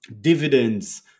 dividends